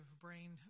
brain